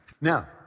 Now